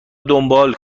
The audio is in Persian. دنبال